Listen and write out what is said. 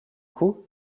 coup